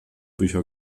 bücher